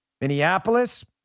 Minneapolis